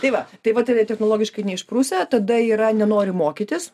tai va tai va tai yra technologiškai neišprusę tada yra nenori mokytis